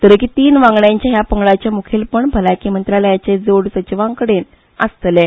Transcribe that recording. दरेकी तीन वांगड्यांच्या हया पंगडाचें मुखेलपण भलायकी मंत्रालयाचे जोड सचिवाकडेन आसतलें